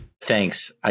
Thanks